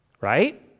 right